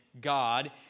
god